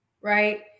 right